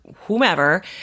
whomever